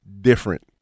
different